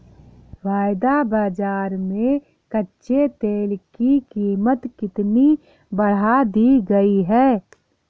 वायदा बाजार में कच्चे तेल की कीमत कितनी बढ़ा दी गई है?